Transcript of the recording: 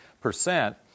percent